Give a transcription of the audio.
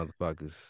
motherfuckers